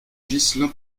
ghislain